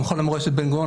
המכון למורשת בן-גוריון,